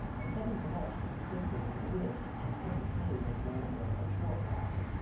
and betty blushed and twisted and wished she could have seen miss mansfield before class.